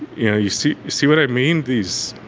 you know, you see see what i mean? these